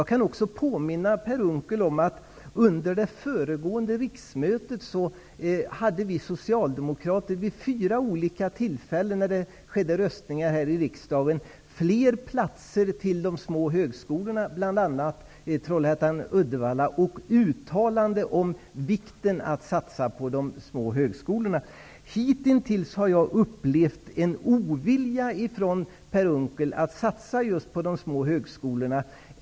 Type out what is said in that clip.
Jag kan också påminna Per Unckel om att vi socialdemokrater under det föregående riksmötet vid fyra olika tillfällen föreslog fler platser till de små högskolorna, bl.a. Trollhättan/Uddevalla, och gjorde uttalanden om vikten av att satsa på de små högskolorna. Hitintills har jag upplevt en ovilja från Per Unckel att satsa just på de små högskolorna.